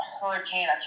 hurricane